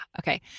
Okay